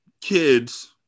kids